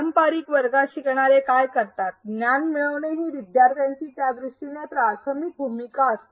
पारंपारिक वर्गात शिकणारे काय करतात ज्ञान मिळवणे ही विद्यार्थ्यांची त्या दृष्टीने प्राथमिक भूमिका असते